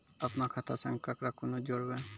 अपन खाता संग ककरो कूना जोडवै?